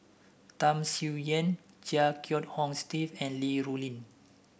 Tham Sien Yen Chia Kiah Hong Steve and Li Rulin